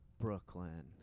Brooklyn